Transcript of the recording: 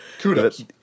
Kudos